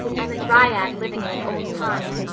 i'm a dryad living in an old pine,